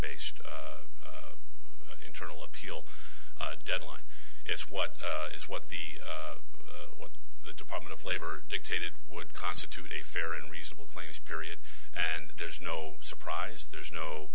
based internal appeal deadline it's what it's what the what the department of labor dictated would constitute a fair and reasonable claims period and there's no surprise there's no